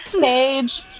page